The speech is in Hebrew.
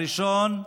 הראשון,